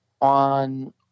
on